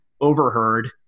overheard